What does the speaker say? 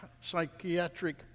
psychiatric